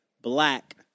Black